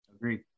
Agreed